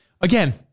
again